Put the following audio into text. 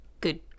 good